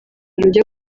rujya